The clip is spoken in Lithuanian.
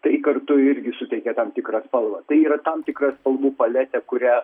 tai kartu irgi suteikia tam tikrą spalvą tai yra tam tikra spalvų paletė kuria